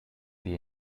wir